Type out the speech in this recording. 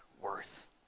worth